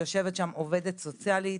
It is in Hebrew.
יושבת שם עובדת סוציאלית,